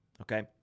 Okay